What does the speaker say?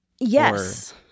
Yes